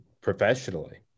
professionally